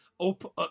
up